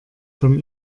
vom